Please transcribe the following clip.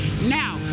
Now